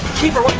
keep her,